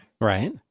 Right